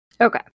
Okay